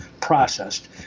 processed